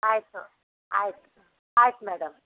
ಆಯಿತು ಆಯ್ತು ಆಯ್ತು ಮೇಡಮ್